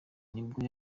nibwo